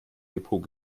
depot